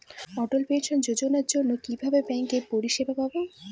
অটল pension যোজনার জন্য কিভাবে ব্যাঙ্কে পরিষেবা পাবো?